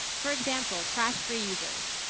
for example, crash free users.